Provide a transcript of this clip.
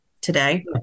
today